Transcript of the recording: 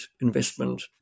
investment